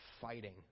fighting